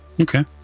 Okay